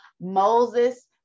Moses